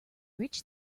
reach